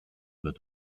wird